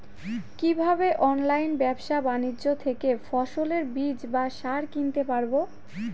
কীভাবে অনলাইন ব্যাবসা বাণিজ্য থেকে ফসলের বীজ বা সার কিনতে পারবো?